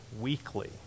weekly